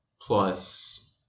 plus